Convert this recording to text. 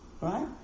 right